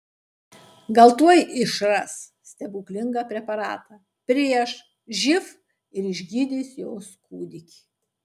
gal tuoj išras stebuklingą preparatą prieš živ ir išgydys jos kūdikį